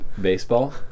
baseball